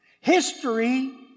History